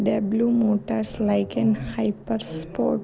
W motors Lykan hypersport